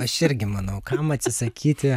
aš irgi manau kam atsisakyti